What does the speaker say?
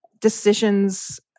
decisions